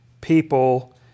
people